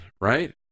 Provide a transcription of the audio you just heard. right